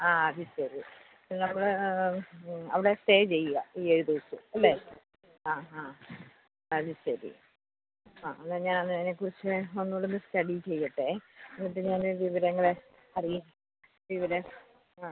ആ അത് ശരി നമ്മൾ അവിടെ സ്റ്റേ ചെയ്യാൻ ഈ ഏഴ് ദിവസവും അല്ലേ ആ ആ അത് ശരി ആ എന്നാൽ ഞാൻ ഒന്നതിനെ കുറിച്ച് ഒന്നൂടൊന്ന് സ്റ്റഡി ചെയ്യട്ടേ എന്നിട്ട് ഞാൻ വിവരങ്ങൾ അറിയിക്കാം വിവരം ആ